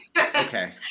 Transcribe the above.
okay